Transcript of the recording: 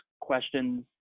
questions